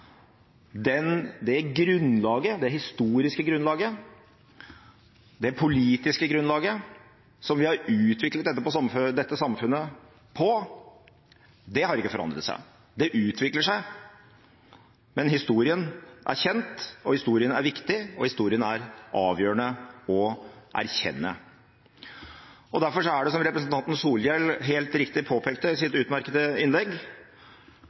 Det grunnlaget, det historiske og politiske grunnlaget som vi har utviklet dette samfunnet på, har ikke forandret seg. Det utvikler seg, men historien er kjent, historien er viktig, og historien er avgjørende å erkjenne. Derfor er det, som representanten Solhjell helt riktig påpekte i sitt utmerkede innlegg,